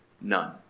None